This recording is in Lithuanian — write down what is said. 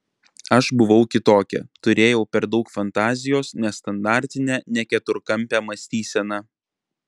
aš buvau kitokia turėjau per daug fantazijos nestandartinę ne keturkampę mąstyseną